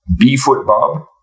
bfootbob